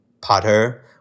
Potter